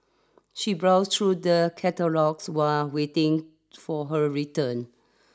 she browsed through the catalogues while waiting for her return